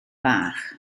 fach